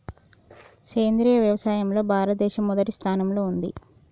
సేంద్రియ వ్యవసాయంలో భారతదేశం మొదటి స్థానంలో ఉంది